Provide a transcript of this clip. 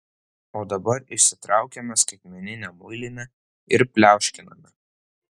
o dabar išsitraukiame skaitmeninę muilinę ir pliauškiname